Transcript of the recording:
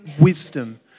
wisdom